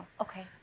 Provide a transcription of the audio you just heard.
Okay